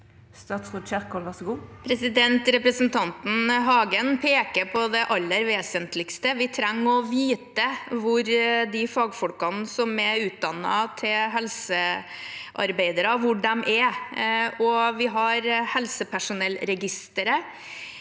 Statsråd Ingvild Kjerkol Representan- ten Hagen peker på det aller vesentligste: Vi trenger å vite hvor de er, fagfolkene som er utdannet til helsearbeidere. Vi har helsepersonellregisteret.